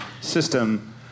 system